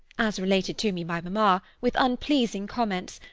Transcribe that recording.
as related to me by mamma, with unpleasing comments,